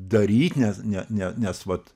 daryt nes ne ne nes vat